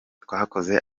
twakoze